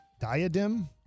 Diadem